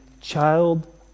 child